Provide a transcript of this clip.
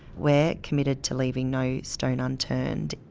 we're committed to leaving no stone unturned.